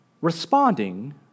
Responding